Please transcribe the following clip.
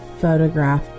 photograph